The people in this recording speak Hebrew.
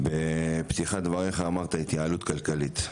בפתיחת דבריך אמרת, התייעלות כלכלית.